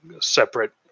separate